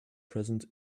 present